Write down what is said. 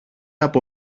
από